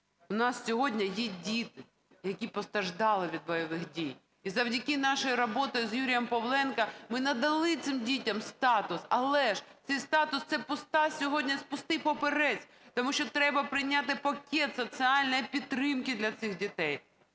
у нас сьогодні є діти, які постраждали від бойових дій. І завдяки нашій роботі з Юрієм Павленко, ми надали цим дітям статус, але цей статус - це пустий папірець, тому що треба прийняти пакет соціальної підтримки для цих дітей.